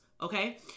Okay